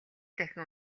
дахин